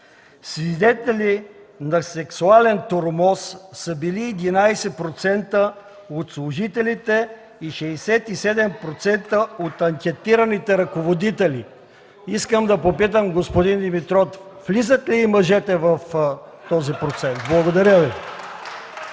„Свидетели на сексуален тормоз са били 11% от служителите и 67% от анкетираните ръководители”. Искам да попитам господин Димитров влизат ли и мъжете в този процент? (Смях,